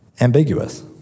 ambiguous